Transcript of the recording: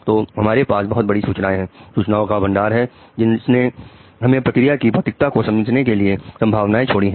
तो हमारे पास बहुत बड़ी सूचनाएं हैं सूचनाओं का भंडार है जिसने हमें प्रक्रिया की भौतिकता को समझने के लिए संभावनाएं छोड़ी है